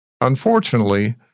Unfortunately